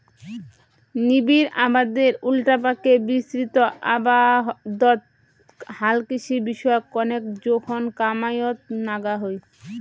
নিবিড় আবাদের উল্টাপাকে বিস্তৃত আবাদত হালকৃষি বিষয়ক কণেক জোখন কামাইয়ত নাগা হই